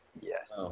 Yes